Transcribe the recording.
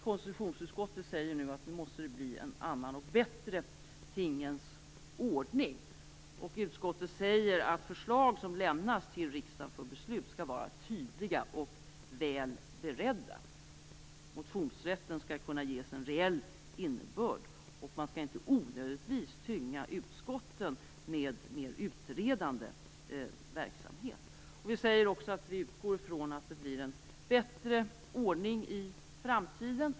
Konstitutionsutskottet säger nu att det måste bli en annan och bättre tingens ordning. Utskottet säger att förslag som lämnas till riksdagen för beslut skall vara tydliga och väl beredda. Motionsrätten skall kunna ges en reell innebörd. Man skall inte onödigtvis tynga utskotten med mer utredande verksamhet. Vi säger också att vi utgår från att det blir en bättre ordning i framtiden.